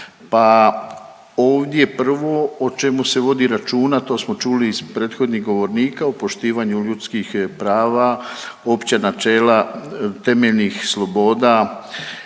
Pa ovdje prvo o čemu se vodi računa, a to smo čuli iz prethodnih govornika, o poštivanju ljudskih prava, opće načela temeljnih sloboda